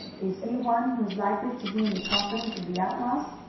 is he one who is likely to be in the confidence of the outlaws?